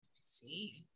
see